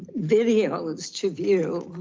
videos to view,